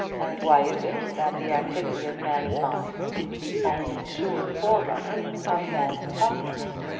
and why is it that the activity of man's mind is the only sure forerunner of man's progress?